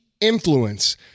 influence